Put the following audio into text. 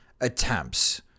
attempts